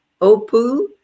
Opu